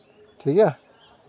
ᱴᱷᱤᱠ ᱜᱮᱭᱟ